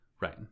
Right